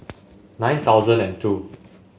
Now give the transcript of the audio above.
nine thousand and two